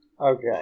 Okay